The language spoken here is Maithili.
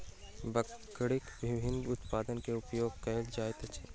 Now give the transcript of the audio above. बकरीक विभिन्न उत्पाद के उपयोग कयल जाइत अछि